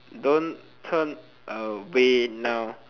don't turn away now